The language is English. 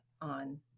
on